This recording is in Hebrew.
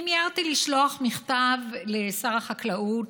אני מיהרתי לשלוח מכתב לשר החקלאות,